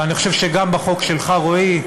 ואני חושב שגם בחוק שלך, רועי,